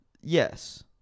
Yes